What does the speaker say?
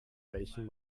welchem